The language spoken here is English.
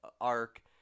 arc